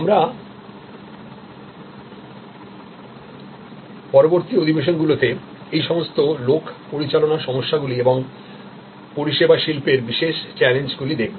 আমরা পরবর্তী অধিবেশনগুলিতে এই সমস্ত লোক পরিচালনার সমস্যাগুলি এবং পরিষেবা শিল্পের বিশেষ চ্যালেঞ্জ গুলি দেখব